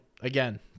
again